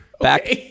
Back